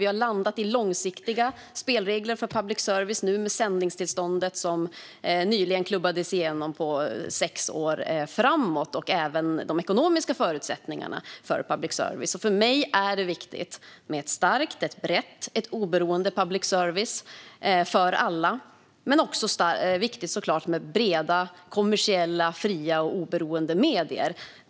Vi har landat i långsiktiga spelregler för public service, nu senast med det sändningstillstånd på sex år som nyligen klubbades igenom och även med de ekonomiska förutsättningarna för public service. För mig är det viktigt med ett starkt, brett och oberoende public service för alla, men det är förstås också viktigt med breda kommersiella, fria och oberoende medier.